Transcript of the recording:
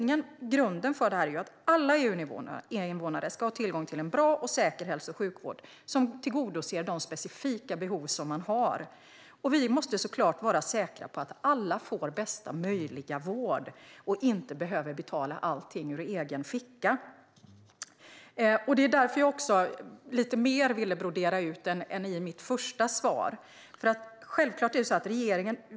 Grunden är att alla EU-invånare ska ha tillgång till en bra och säker hälso och sjukvård som tillgodoser specifika behov. Och vi måste såklart vara säkra på att alla får bästa möjliga vård och inte behöver betala allting ur egen ficka.